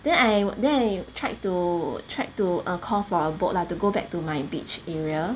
then I then I tried to tried to err call for a boat lah to go back to my beach area